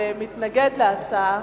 ומתנגד להצעה